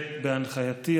בהנחייתי,